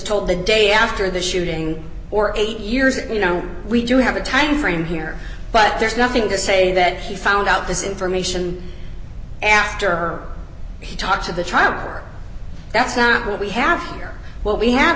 told the day after the shooting or eight years ago you know we do have a timeframe here but there's nothing to say that he found out this information after he talked to the trial or that's not what we have or what we have